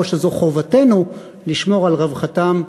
או שזו חובתנו לשמור על רווחתם,